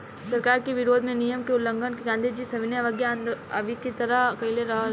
सरकार के विरोध में नियम के उल्लंघन क के गांधीजी सविनय अवज्ञा एही तरह से कईले रहलन